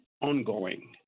ongoing